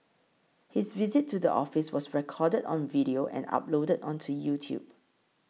his visit to the office was recorded on video and uploaded onto YouTube